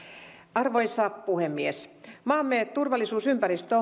arvoisa puhemies maamme turvallisuusympäristö